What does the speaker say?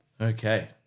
Okay